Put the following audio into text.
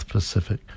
Pacific